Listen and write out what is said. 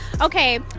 Okay